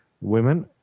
women